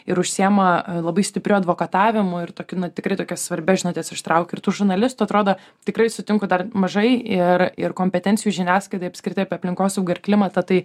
ir užsiima labai stipriu advokatavimu ir tokie tikri tokias svarbias žinutes ištrauki ir tų žurnalistų atrodo tikrai sutinku dar mažai ir ir kompetencijų žiniasklaidai apskritai apie aplinkosaugą ir klimatą tai